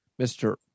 mr